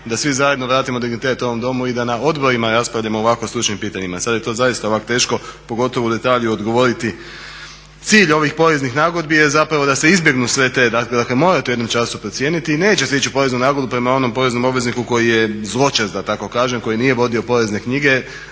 da svi zajedno vratim dignitet u ovom Domu i da na odborima raspravljamo o ovako stručnim pitanjima. Sada je to zaista ovako teško pogotovo u detalje odgovoriti. Cilj ovih poreznih nagodbi je da se izbjegnu sve te dakle morate u jednom času promijeniti i neće se ići u poreznu nagodbu prema onom poreznom obvezniku koji je zločest da tako kažem koji nije vodio porezne knjige,